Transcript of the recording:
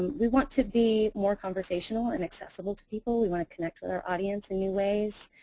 and we want to be more conversational and acceptable to people. we want to connect with our audience in new ways,